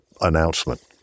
announcement